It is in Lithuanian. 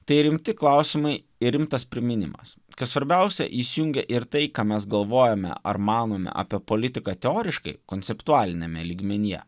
tai rimti klausimai ir rimtas priminimas kas svarbiausia įsijungia ir tai ką mes galvojome ar manome apie politiką teoriškai konceptualiniame lygmenyje